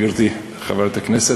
גברתי חברת הכנסת,